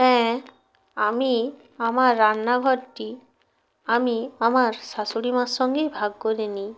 হ্যাঁ আমি আমার রান্নাঘরটি আমি আমার শাশুড়ি মার সঙ্গেই ভাগ করে নিই